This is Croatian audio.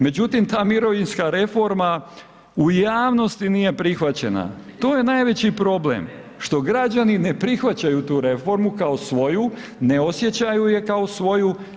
Međutim, ta mirovinska reforma u javnosti nije prihvaćena, to je najveći problem, što građani ne prihvaćaju tu reformu kao svoju, ne osjećaju je kao svoju.